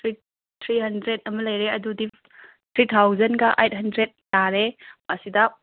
three hundred ꯑꯃ ꯂꯩꯔꯦ ꯑꯗꯨꯗꯤ ꯊ꯭ꯔꯤ ꯊꯥꯎꯖꯟꯒ ꯑꯥꯏꯠ ꯍꯟꯗ꯭ꯔꯦꯠ ꯇꯥꯔꯦ ꯑꯁꯤꯗ